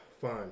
fine